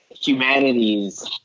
humanities